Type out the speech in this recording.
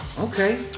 Okay